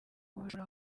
ubujura